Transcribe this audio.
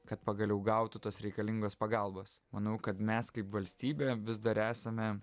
kad pagaliau gautų tos reikalingos pagalbos manau kad mes kaip valstybė vis dar esame